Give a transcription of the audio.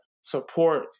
support